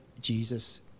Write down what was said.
jesus